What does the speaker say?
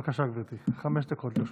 בבקשה, גברתי, חמש דקות לרשותך.